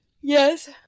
Yes